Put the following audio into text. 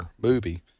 movie